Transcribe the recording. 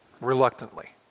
reluctantly